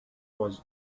was